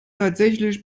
tatsächlich